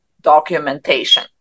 documentation